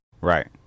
right